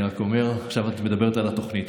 עכשיו את מדברת על התוכנית,